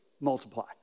multiply